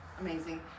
amazing